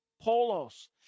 polos